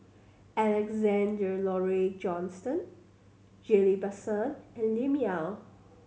Alexander Laurie Johnston Ghillie Basan and Lim Yau